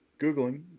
Googling